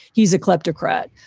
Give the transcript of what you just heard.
he's a kleptocrat.